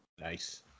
nice